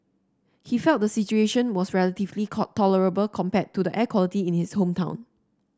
he felt the situation was relatively tolerable compared to air quality in his hometown